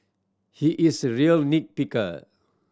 he is a real nit picker